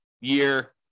year